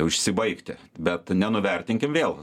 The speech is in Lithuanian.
užsibaigti bet nenuvertinkim vėl